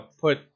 put